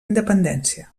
independència